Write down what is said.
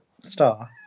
star